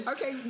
Okay